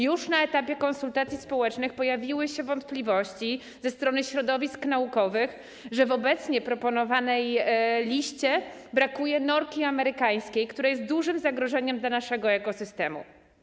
Już na etapie konsultacji społecznych pojawiły się wątpliwości ze strony środowisk naukowych, że w obecnie proponowanej liście brakuje norki amerykańskiej, która jest dużym zagrożeniem dla naszego ekosystemu.